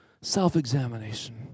self-examination